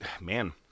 Man